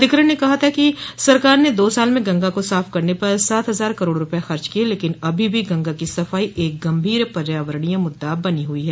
अधिकरण ने कहा था कि सरकार ने दो साल में गंगा को साफ करने पर सात हजार करोड़ रूपए खर्च किये लेकिन अभी भी गंगा की सफाई एक गंभीर पर्यावरणीय मुद्दा बना हुई है